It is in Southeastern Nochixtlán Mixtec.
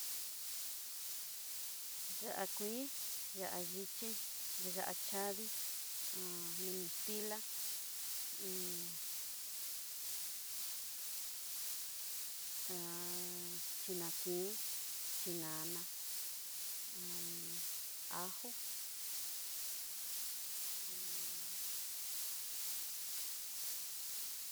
Ya'á kuii, ya'á ichíí, yaa'á chadii, nostila hun chinaki'i, chinana jó un.